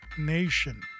Nation